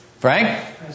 Frank